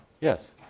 Yes